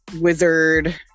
wizard